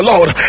Lord